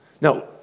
Now